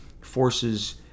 forces